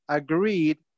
agreed